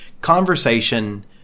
conversation